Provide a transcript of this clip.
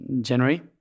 January